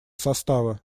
состава